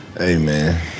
Amen